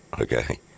Okay